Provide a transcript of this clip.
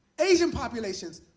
asian populations.